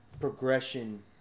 progression